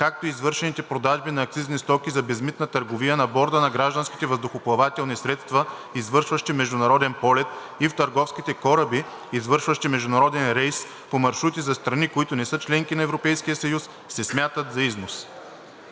както и извършените продажби на акцизни стоки за безмитна търговия на борда на гражданските въздухоплавателни средства, извършващи международен полет, и в търговските кораби, извършващи международен рейс, по маршрути за страни, които не са членки на Европейския съюз, се смятат за износ.“